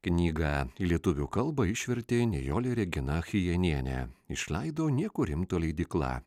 knygą į lietuvių kalbą išvertė nijolė regina chijenienė išleido nieko rimto leidykla